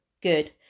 good